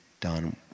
done